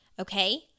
okay